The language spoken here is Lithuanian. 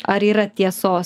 ar yra tiesos